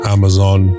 Amazon